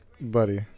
buddy